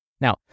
Now